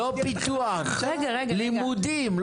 לא פיתוח, לימודים.